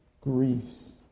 griefs